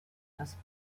das